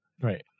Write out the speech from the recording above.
Right